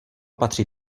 patří